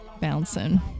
bouncing